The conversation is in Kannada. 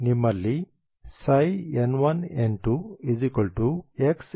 ನಿಮ್ಮಲ್ಲಿ n1n2Xn1Yn2 ಇದೆ